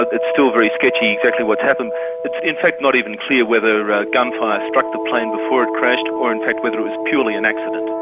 it's still very sketchy exactly what's happened. it's in fact not even clear whether gunfire struck the plane before it crashed or in fact whether it was purely an accident.